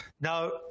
Now